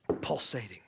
pulsating